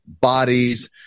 bodies